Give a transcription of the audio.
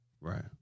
Right